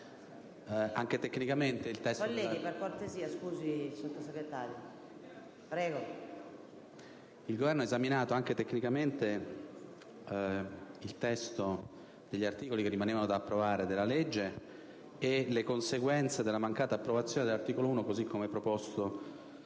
il Governo ha esaminato anche tecnicamente il testo degli articoli del disegno di legge che rimanevano da approvare e le conseguenze della mancata approvazione dell'articolo 1, così come proposto